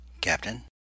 Captain